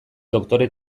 doktore